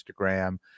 Instagram